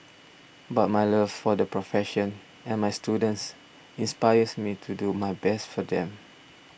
but my love for the profession and my students inspires me to do my best for them